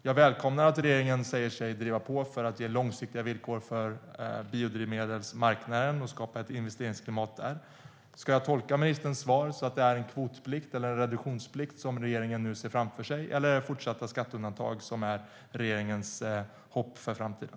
Jag välkomnar att regeringen säger sig driva på för att ge långsiktiga villkor för biodrivmedelsmarknaden och skapa ett investeringsklimat där. Ska jag tolka ministerns svar som att det är en kvotplikt eller en reduktionsplikt som regeringen nu ser framför sig? Eller är det fortsatta skatteundantag som är regeringens hopp för framtiden?